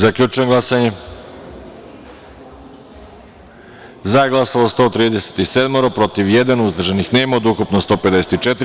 Zaključujem glasanje: za - 137, protiv - jedan, uzdržanih – nema, ukupno – 154.